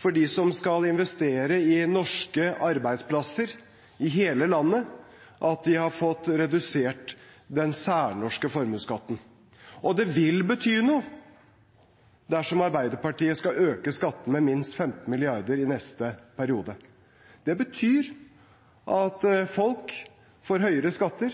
for dem som skal investere i norske arbeidsplasser i hele landet at de har fått redusert den særnorske formuesskatten. Og det vil bety noe dersom Arbeiderpartiet skal øke skattene med minst 15 mrd. kr i neste periode. Det betyr at folk får høyere